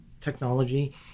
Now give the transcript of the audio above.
technology